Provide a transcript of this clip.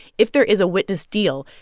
if there is a witness deal,